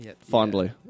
Fondly